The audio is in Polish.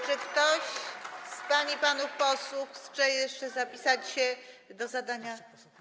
Czy ktoś z pań i panów posłów chce jeszcze zapisać się do zadania.